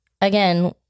again